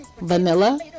vanilla